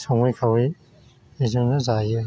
सङै खावै बेजोंनो जायो